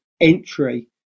entry